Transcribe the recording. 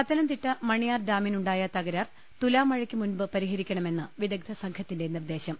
പത്തനംതിട്ട മണിയാർ ഡാമിനുണ്ടായ തകരാർ തുലാമഴയ്ക്കുമുൻപ് പരിഹരിക്കണമെന്ന് വിദഗ്ധ സംഘത്തിന്റെ നിർദ്ദേശം